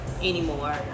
anymore